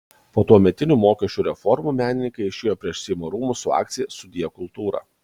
po tuometinių mokesčių reformų menininkai išėjo prieš seimo rūmus su akcija sudie kultūra